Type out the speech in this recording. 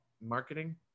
marketing